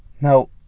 Now